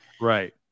right